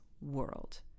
world